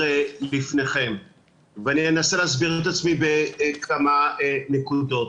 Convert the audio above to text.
בפניכם ואני אנסה להסביר את עצמי בכמה נקודות.